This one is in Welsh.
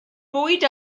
bwyd